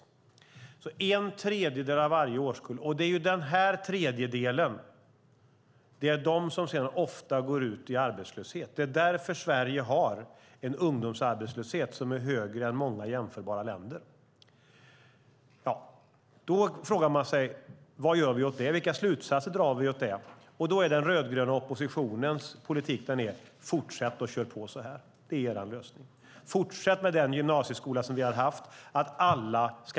En tredjedel av varje årskull! Det är den tredjedelen som sedan ofta går ut i arbetslöshet. Det är därför Sverige har en ungdomsarbetslöshet som är högre än många jämförbara länder. Då frågar man sig: Vad gör vi åt det? Vilka slutsatser drar vi av det? Då är den rödgröna oppositionens politik: Fortsätt att köra på så! Det är er lösning. Fortsätt med den gymnasieskola som vi har haft!